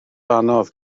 anodd